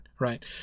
right